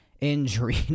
injury